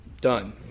done